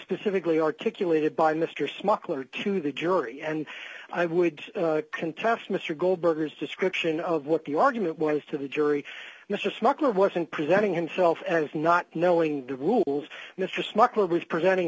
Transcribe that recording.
specifically articulated by mr smuggler to the jury and i would contest mr goldberg ors description of what the argument was to the jury mr smuggler wasn't presenting himself as not knowing the rules mr smart was presenting